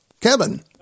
Kevin